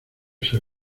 ser